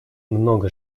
много